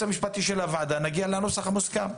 המשפטי של הוועדה ונגיע לנוסח המוסכם.